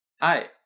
Hi